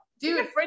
dude